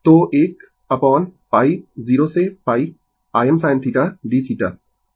तो 1 अपोन π 0 से π Im sinθdθ